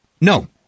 No